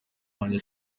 wanjye